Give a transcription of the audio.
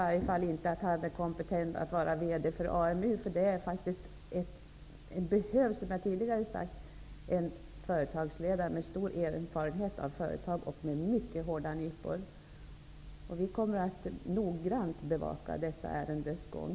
Personligen anser jag att den här personen inte är kompetent att vara VD för AMU, därför att det behövs, som jag tidigare sagt, en företagsledare med stor erfarenhet av företag och med mycket hårda nypor. Ny demokrati kommer att noga bevaka detta ärendes gång.